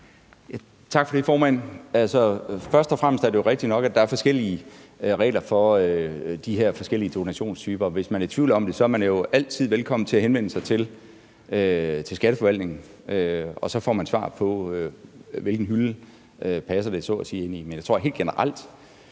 Tak for det, formand. Altså, først og fremmest er det jo rigtigt nok, at der er forskellige regler for de her forskellige donationstyper. Hvis man er i tvivl om det, er man jo altid velkommen til at henvende sig til Skatteforvaltningen, og så får man svar på, hvilken hylde det så at sige passer ind på. Men jeg tror helt generelt,